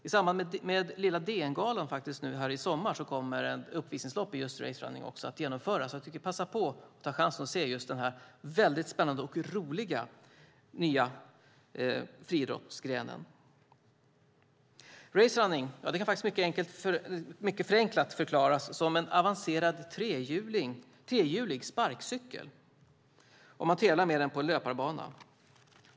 I samband med Lilla DN-galan i sommar kommer ett uppvisningslopp i racerunning att genomföras. Jag tänker passa på att ta chansen att se denna väldigt spännande och roliga nya friidrottsgren. Racerunning kan mycket förenklat förklaras som en avancerad trehjulig sparkcykel som man tävlar med på löparbana.